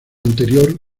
anterior